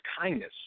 kindness